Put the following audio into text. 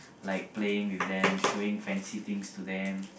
like playing with them showing fancy things to them